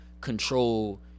control